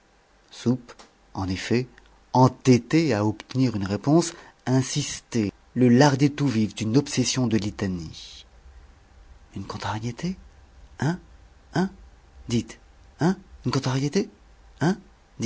soupe en effet entêté à obtenir une réponse insistait le lardait tout vif d'une obsession de litanies une contrariété hein hein dites hein une contrariété hein